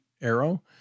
arrow